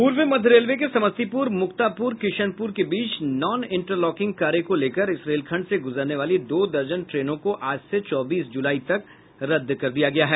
पूर्व मध्य रेलवे के समस्तीपुर मुक्तापुर किशनपुर के बीच नॉन इंटरलॉकिंग कार्य को लेकर इस रेलखंड से गुजरने वाली दो दर्जन ट्रेनों को आज से चौबीस जुलाई तक के लिये रद्द कर दिया गया है